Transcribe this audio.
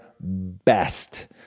best